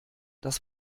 das